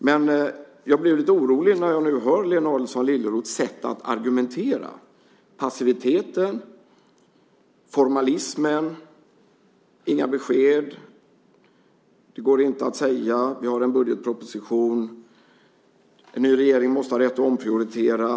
Men jag blir nu lite orolig när jag hör Lena Adelsohn Liljeroths sätt att argumentera, nämligen passiviteten, formalismen, inga besked, att det inte går att säga, en budgetproposition, att en ny regering måste ha rätt att omprioritera.